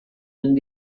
and